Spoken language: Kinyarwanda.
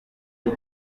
ryo